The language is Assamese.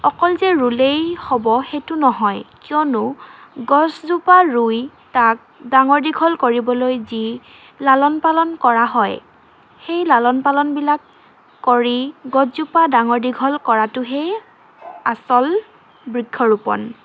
অকল যে ৰুলেই হ'ব সেইটো নহয় কিয়নো গছজোপা ৰুই তাক ডাঙৰ দীঘল কৰিবলৈ যি লালন পালন কৰা হয় সেই লালন পালনবিলাক কৰি গছজোপা ডাঙৰ দীঘল কৰাটোহে আচল বৃক্ষৰোপণ